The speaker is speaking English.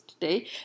today